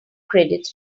credits